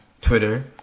Twitter